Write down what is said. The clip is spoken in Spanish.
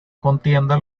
contienda